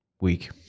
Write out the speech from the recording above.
week